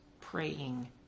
praying